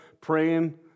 praying